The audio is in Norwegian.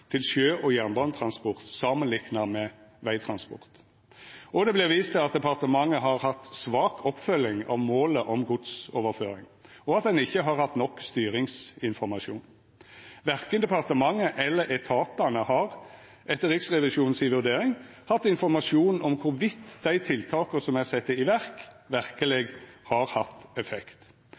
til sjø- og jernbanetransport samanlikna med vegtransport, og det vert vist til at departementet har hatt svak oppfølging av målet om godsoverføring, og at ein ikkje har hatt nok styringsinformasjon. Verken departementet eller etatane har, etter Riksrevisjonens vurdering, hatt informasjon om i kva grad dei tiltaka som er sette i verk, verkeleg har hatt effekt.